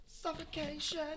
Suffocation